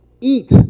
eat